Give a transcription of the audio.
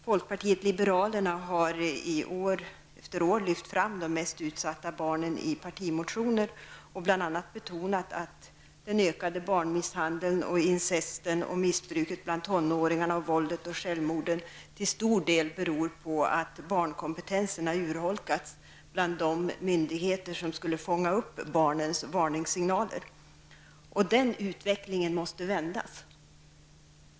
Folkpartiet liberalerna har år efter år lyft fram de mest utsatta barnen i partimotioner och bl.a. betonat att den ökade barnmisshandeln, incest, missbruk bland tonåringar, våld och självmord till stor del beror på att barnkompetensen har urholkats bland de myndigheter som skall fånga upp barnens varningssignaler. Den utvecklingen måste vändas.